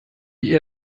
die